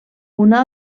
una